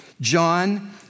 John